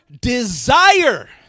desire